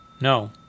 No